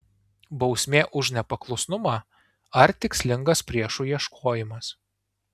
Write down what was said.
bausmė už nepaklusnumą ar tikslingas priešų ieškojimas